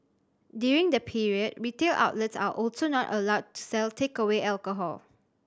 during the period retail outlets are also not allowed to sell takeaway alcohol